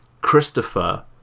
Christopher